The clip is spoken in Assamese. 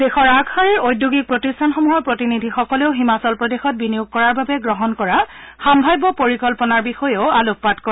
দেশৰ আগশাৰীৰ ওঁদ্যোগিক প্ৰতিষ্ঠানসমূহৰ প্ৰতিনিধিসকলেও হিমাচল প্ৰদেশত বিনিয়োগ কৰাৰ বাবে গ্ৰহণ কৰা সাম্ভাব্য পৰিকল্পনাৰ বিষয়ত আলোকপাত কৰে